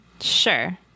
Sure